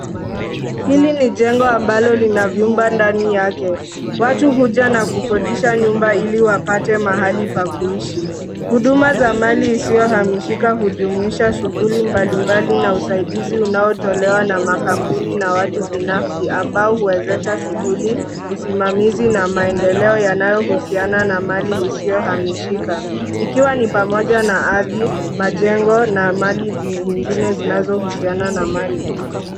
Hili ni jengo ambalo lina vyumba ndani yake, watu huja na kukodisha nyumba iliwapate mahali pa kuishi, huduma za mali isiyohamishika hujumuisha shughuli mbali mbali na usaidizi unaotolewa na makampuni na watu binafsi ambao huwezesha shughuli, usimamizi na maendeleo yanayohusiana na mali isiyohamishika, ikiwa ni pamoja na ardhi, majengo na mali nyingine zinazohusiana na mali.